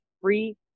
free